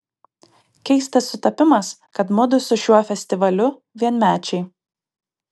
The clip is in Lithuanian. keistas sutapimas kad mudu su šiuo festivaliu vienmečiai